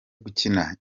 gukina